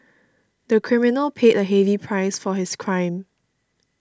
the criminal paid a heavy price for his crime